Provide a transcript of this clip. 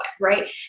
Right